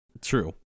True